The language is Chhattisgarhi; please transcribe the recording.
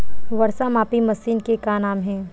वर्षा मापी मशीन के का नाम हे?